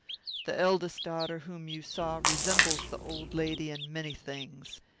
the eldest daughter, whom you saw, resembles the old lady in many things.